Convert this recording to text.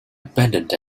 abandoned